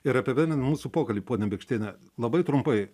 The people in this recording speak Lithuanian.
ir apibendrin mūsų pokalb ponia bėkštiene labai trumpai